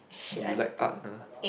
you like art ah